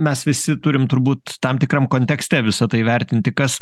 mes visi turim turbūt tam tikram kontekste visa tai vertinti kas